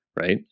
Right